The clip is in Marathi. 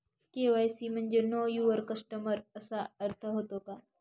के.वाय.सी म्हणजे नो यूवर कस्टमर असा अर्थ होतो का?